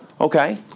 Okay